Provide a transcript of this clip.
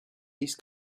vist